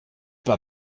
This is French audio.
pas